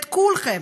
את כולכם.